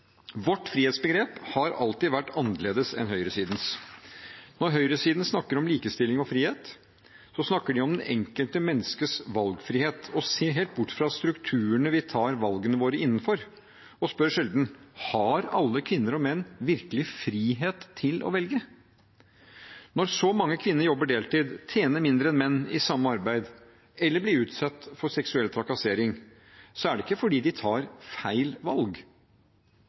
Vårt frihetsbegrep har alltid vært annerledes enn høyresidens. Når høyresiden snakker om likestilling og frihet, snakker de om det enkelte menneskets valgfrihet og ser helt bort fra strukturene vi tar valgene våre innenfor. De spør sjelden: Har alle kvinner og menn virkelig frihet til å velge? Når så mange kvinner jobber deltid, tjener mindre enn menn i samme arbeid eller blir utsatt for seksuell trakassering, er det ikke fordi de tar feil valg